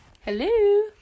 Hello